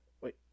Wait